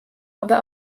aber